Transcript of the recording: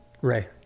Ray